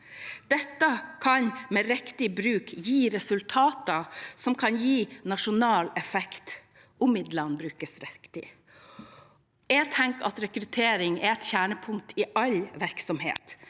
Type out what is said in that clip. Dette kan med riktig bruk gi resultater som kan gi nasjonal effekt, om midlene brukes riktig. Jeg tenker at rekruttering er et kjernepunkt i all virksomhet.